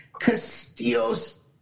Castillo's –